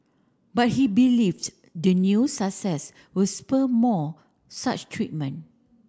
but he believes the new success will spur more such treatment